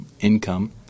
income